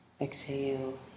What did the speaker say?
Exhale